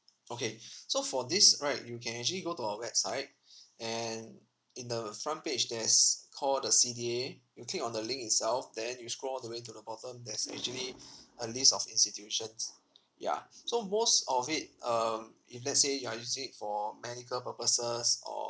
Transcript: okay so for this right you can actually go to our website and in the front page there's call the C_D_A you click on the link itself then you scroll all the way to the bottom there's actually a list of institutions yeah so most of it um if let's say you are using it for medical purposes or